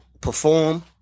perform